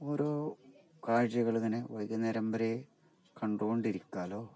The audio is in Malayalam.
ഓരോ കാഴ്ചകള് ഇങ്ങനെ വൈകുന്നേരം വരെ കണ്ടുകൊണ്ടിരിക്കാമല്ലോ